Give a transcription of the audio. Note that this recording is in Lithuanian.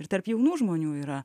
ir tarp jaunų žmonių yra